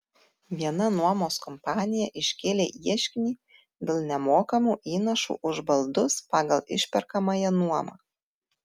viena nuomos kompanija iškėlė ieškinį dėl nemokamų įnašų už baldus pagal išperkamąją nuomą